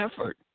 effort